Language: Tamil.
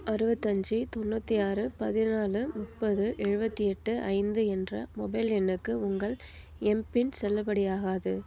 அறுவத்தஞ்சு தொண்ணூற்றி ஆறு பதினாலு முப்பது எழுபத்தி எட்டு ஐந்து என்ற மொபைல் எண்ணுக்கு உங்கள் எம்பின் செல்லுபடி ஆகாது